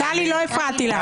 טלי, לא הפרעתי לך.